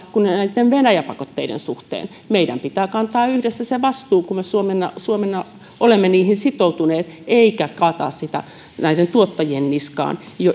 kuin näitten venäjä pakotteiden suhteen meidän pitää kantaa yhdessä se vastuu kun me suomena suomena olemme niihin sitoutuneet eikä kaataa sitä näiden tuottajien niskaan